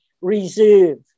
reserve